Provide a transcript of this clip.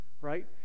right